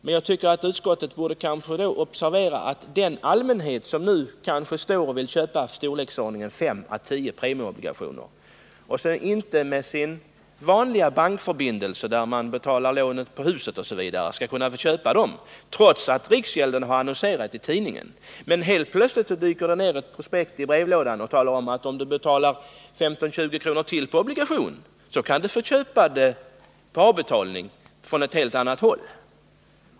Men jag tycker att utskottet borde observera att den allmänhet som nu vill köpa obligationer, kanske i storleksordningen fem till tio stycken, ofta inte kan köpa dem hos sin vanliga bankförbindelse, där man betalar lånet för huset osv., trots att riksgäldskontoret har annonserat om det i tidningen. Men helt plötsligt dyker det ner ett prospekt i brevlådan, vilket talar om att ifall man betalar 15-20 kr. till per obligation kan man få köpa obligationer på avbetalning från ett helt annat håll.